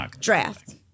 draft